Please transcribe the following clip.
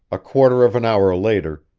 a quarter of an hour later,